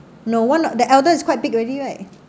no wonder the elder is quite big already right